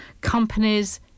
companies